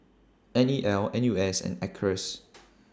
N E L N U S and Acres